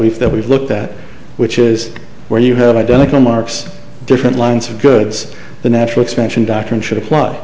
that we've looked at which is where you have identical marks different lines of goods the natural expression doctrine should apply